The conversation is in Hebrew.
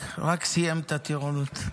רק סיים את הטירונות.